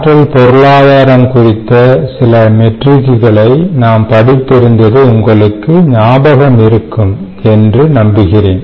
ஆற்றல் பொருளாதாரம் குறித்த சில மெட்ரிக்குகளை நாம் படித்து இருந்தது உங்களுக்கு ஞாபகம் இருக்கும் என்று நம்புகிறேன்